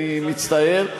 אני מצטער.